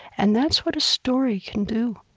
and that's what a story can do